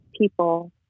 people